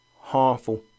harmful